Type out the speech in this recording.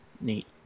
neat